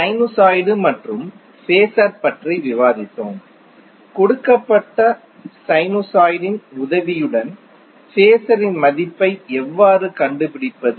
sinusoid மற்றும் phasor பற்றி விவாதித்தோம் கொடுக்கப்பட்ட சைனுசாய்டின் உதவியுடன் ஃபேஸரின் மதிப்பை எவ்வாறு கண்டுபிடிப்பது